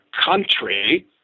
country